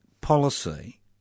policy